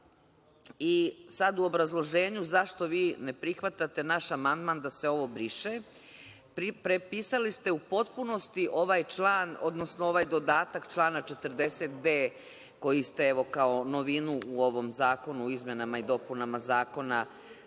Sada u obrazloženju zašto vi ne prihvatate naš amandman da se ovo briše, prepisali ste u potpunosti ovaj član, odnosno ovaj dodatak člana 40b, koji ste, evo kao novinu u ovom zakonu o izmenama i dopunama zakona